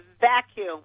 vacuum